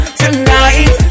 tonight